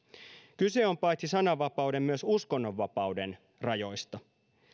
kyse on paitsi sananvapauden myös uskonnonvapauden rajoista